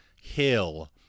hill